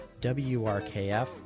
WRKF